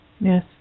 Yes